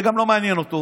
זה גם לא מעניין אותו.